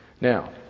Now